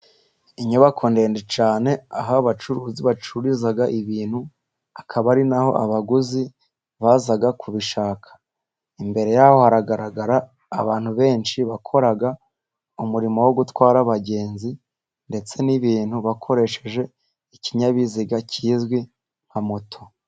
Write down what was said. Inyubako ndende cyane aho abacuruzi bacururiza ibintu, akaba ari na ho abaguzi baza kubishaka. imbere yaho haragaragara abantu benshi, bakora umurimo wo gutwara abagenzi ndetse n'ibintu, bakoresheje ikinyabiziga kizwi nka moto.